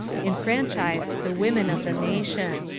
enfranchised the women of the nation.